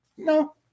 No